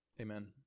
Amen